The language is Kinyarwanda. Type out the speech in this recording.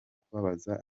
kubabaza